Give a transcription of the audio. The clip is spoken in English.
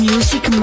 Music